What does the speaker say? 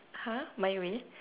!huh! my way